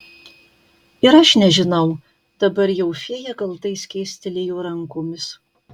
ir aš nežinau dabar jau fėja kaltai skėstelėjo rankomis